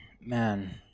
Man